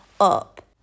up